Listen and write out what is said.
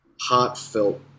heartfelt